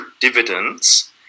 dividends